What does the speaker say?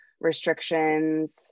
restrictions